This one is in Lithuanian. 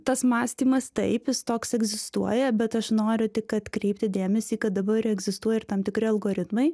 tas mąstymas taip jis toks egzistuoja bet aš noriu tik atkreipti dėmesį kad dabar egzistuoja ir tam tikri algoritmai